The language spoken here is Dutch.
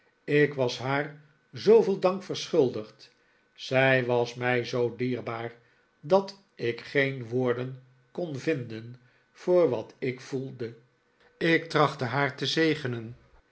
ik was haar zooveel dank verschuldigd zij was mij zoo dierbaar dat ik geen woorden kon vinden voor wat ik voelde ik trachtte haar te zegenen